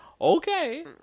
okay